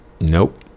Nope